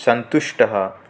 सन्तुष्टः